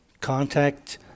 Contact